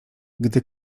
gdy